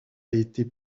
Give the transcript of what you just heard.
été